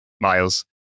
miles